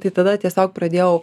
tai tada tiesiog pradėjau